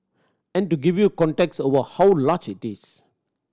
and to give you context over how large it is